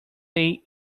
day